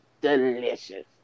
delicious